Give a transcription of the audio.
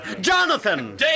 Jonathan